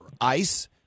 Ice